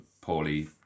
poorly